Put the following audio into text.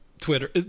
Twitter